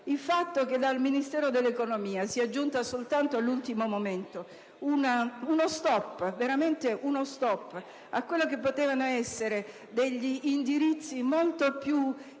Il fatto che dal Ministero dell'economia sia giunto, soltanto all'ultimo momento, uno stop a quelli che potevano essere degli indirizzi molto più interessanti